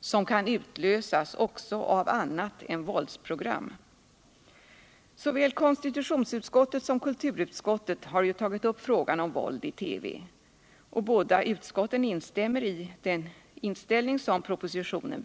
som kan utlösas också av annat än våldsprogram. Såväl konstitutionsutskottet som kulturutskottet har tagit upp frågan om våld i TV. Båda utskotten ansluter sig till den inställning som visas i propositionen.